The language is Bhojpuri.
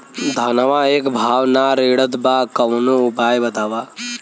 धनवा एक भाव ना रेड़त बा कवनो उपाय बतावा?